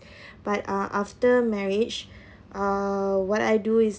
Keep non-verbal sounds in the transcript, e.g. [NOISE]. [BREATH] but uh after marriage [BREATH] uh what I do is